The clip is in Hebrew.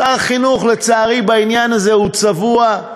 שר החינוך, לצערי בעניין הזה הוא צבוע.